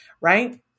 Right